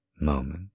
moment